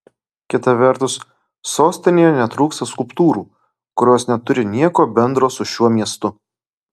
kita vertus sostinėje netrūksta skulptūrų kurios neturi nieko bendro su šiuo miestu